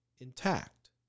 intact